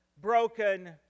broken